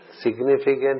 significant